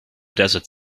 desert